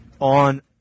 on